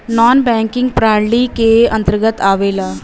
नानॅ banking प्रणाली के अंतर्गत आवेला